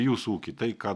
jūsų ūkį tai ką